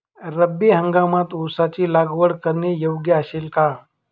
रब्बी हंगामात ऊसाची लागवड करणे योग्य असेल का?